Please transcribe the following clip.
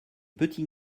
petits